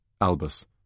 Albus